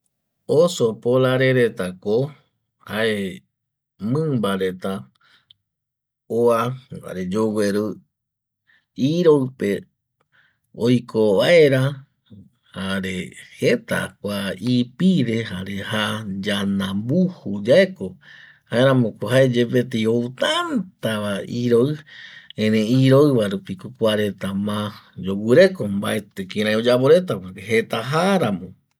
Oso polar reta ko jae mimba reta ua jare yogueru iroi pe oiko vaera jare jeta kua ipire jare jaa yananbuju yeko jaeramoko jae yepetei ou tata va iroi erei iroi va rupi ko kua reta ma yogureko mbaeti kirai oyaporeta esa jeta jaa ramo ko